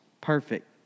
perfect